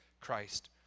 Christ